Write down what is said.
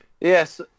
Yes